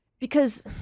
Because-